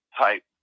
type